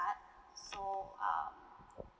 so uh